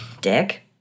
Dick